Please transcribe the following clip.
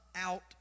out